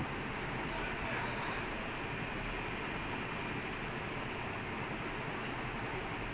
it happened with it happened with two players and one buyer